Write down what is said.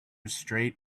straight